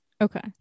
Okay